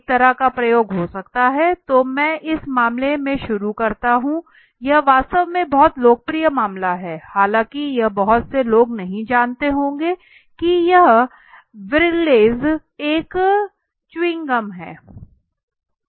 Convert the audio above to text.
एक तरह का प्रयोग हो सकता है तो मैं इस मामले से शुरू करता हूं यह वास्तव में बहुत लोकप्रिय मामला है हालांकि यह बहुत से लोग नहीं जानते होंगे कि यह व्रिगली Wrigleys एक च्यूइंग गम है